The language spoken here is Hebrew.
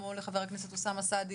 כמו לחבר הכנסת אוסאמה סעדי,